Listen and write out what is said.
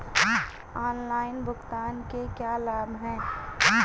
Online भुगतान के क्या लाभ हैं?